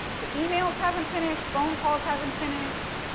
the emails haven't finished, phone calls haven't finished.